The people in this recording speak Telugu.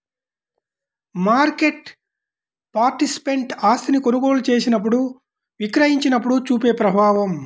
మార్కెట్ పార్టిసిపెంట్ ఆస్తిని కొనుగోలు చేసినప్పుడు, విక్రయించినప్పుడు చూపే ప్రభావం